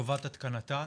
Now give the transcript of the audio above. לטובת התקנתן.